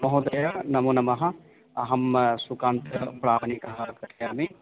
महोदय नमो नमः अहं सुकान्तप्रामणिकः कथयामि